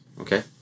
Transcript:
okay